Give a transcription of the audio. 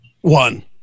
One